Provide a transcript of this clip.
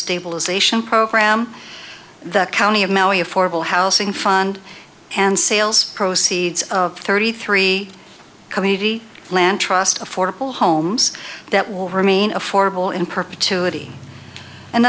stabilization program the county of maui affordable housing fund and sales proceeds of thirty three community land trust affordable homes that will remain affordable in